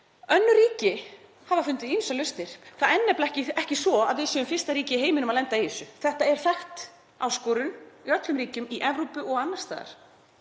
Önnur ríki hafa fundið ýmsar lausnir. Það er nefnilega ekki svo að við séum fyrsta ríki í heiminum að lenda í þessu. Þetta er þekkt áskorun í öllum ríkjum í Evrópu og annars staðar